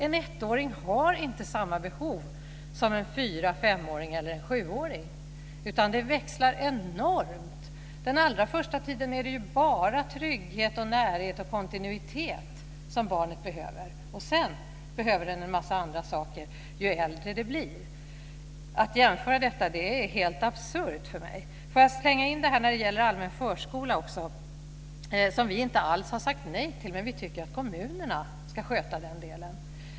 En ettåring har inte samma behov som en fyra och femåring eller en sjuåring, utan det växlar enormt. Den allra första tiden är det ju bara trygghet, närhet och kontinuitet som barnet behöver, och sedan behöver det en massa andra saker ju äldre det blir. Att jämföra detta är helt absurt för mig. Får jag tillägga när det gäller allmän förskola att vi inte alls har sagt nej till den men att vi tycker att kommunerna ska sköta den delen.